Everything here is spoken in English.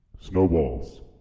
Snowballs